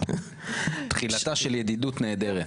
תחילתה של ידידות נהדרת.